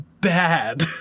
bad